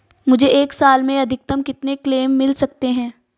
मुझे एक साल में अधिकतम कितने क्लेम मिल सकते हैं?